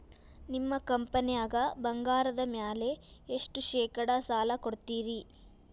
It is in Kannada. ನಿಮ್ಮ ಕಂಪನ್ಯಾಗ ಬಂಗಾರದ ಮ್ಯಾಲೆ ಎಷ್ಟ ಶೇಕಡಾ ಸಾಲ ಕೊಡ್ತಿರಿ?